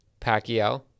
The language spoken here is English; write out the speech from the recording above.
Pacquiao